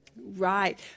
Right